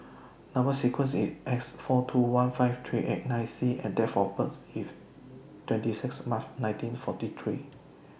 Number sequence IS S four two one five three eight nine C and Date of birth IS twenty six March nineteen forty three